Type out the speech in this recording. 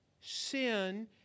sin